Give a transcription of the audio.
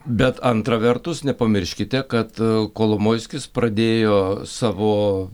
bet antra vertus nepamirškite kad kolomojskis pradėjo savo